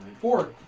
four